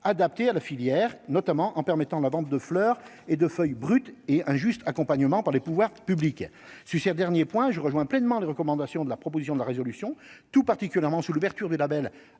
adaptée à la filière, notamment en permettant la vente de fleurs et de feuilles brutes et injuste, accompagnement par les pouvoirs publics, Swissair, dernier point je rejoins pleinement les recommandations de la proposition de la résolution tout particulièrement sur l'ouverture de la